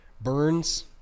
burns